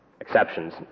exceptions